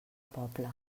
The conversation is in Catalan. poble